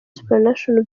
supranational